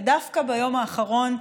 ודווקא ביום האחרון,